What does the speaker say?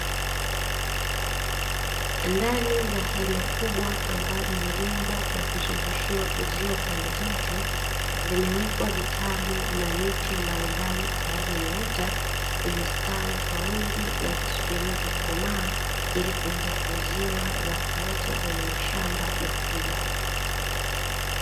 Ndani ya hema kubwa ambalo limejengwa na kuzungushiwa uzio pembe zote, vimewekwa vitalu na miche mbalimbali tayari imeota, imestawi kwa wingi, inasubiriwa kukomaa ili kuweza kuuziwa watu wote wenye mashamba makubwa.